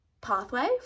Pathway